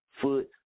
foot